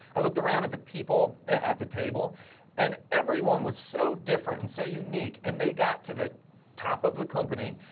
i looked around at the people at the table and everyone was so different and so unique and they got to the top of the company,